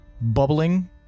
bubbling